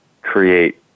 create